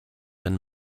and